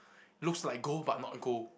looks like gold but not gold